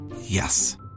Yes